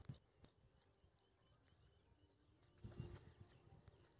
aeroponic प्रणालीक उपयोग मुख्यतः घरेलू उत्पादक द्वारा कैल जाइ छै